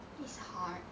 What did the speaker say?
it's hard